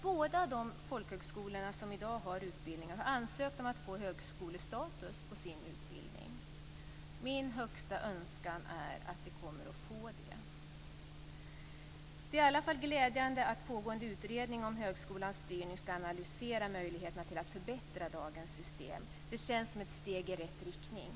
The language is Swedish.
Båda folkhögskolorna har ansökt om att få högskolestatus på sin utbildning. Min högsta önskan är att de kommer att få det. Det är i alla fall glädjande att pågående utredning om högskolans styrning ska analysera möjligheterna till att förbättra dagens system. Det känns som ett steg i rätt riktning.